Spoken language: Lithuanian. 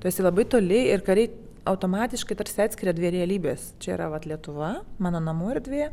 tu esi labai toli ir kariai automatiškai tarsi atskiria dvi realybės čia yra vat lietuva mano namų erdvė